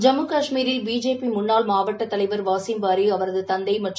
ஜம்மு காஷ்மீரில் பிஜேபி முன்னாள் மாவட்ட தலைவர் வாசிம் பாரி அவரது தந்தை மற்றும்